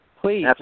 Please